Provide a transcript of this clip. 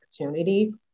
opportunity